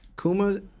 Kuma